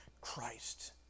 Christ